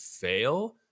fail